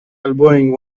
elbowing